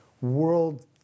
world